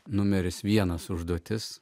numeris vienas užduotis